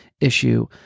issue